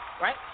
Right